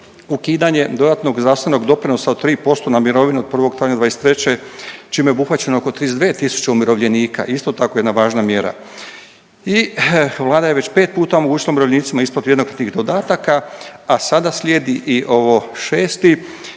Ukidanje dodatnog zdravstvenog doprinosa od tri posto na mirovinu od 1. travnja 2023. čime je obuhvaćeno oko 32000 umirovljenika. Isto tako jedna važna mjera. I Vlada je već pet puta omogućila umirovljenicima isplatu jednokratnih dodataka, a sada slijedi i ovo šesti